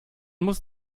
muss